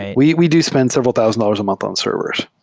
and we we do spend several thousand dollars a month on servers.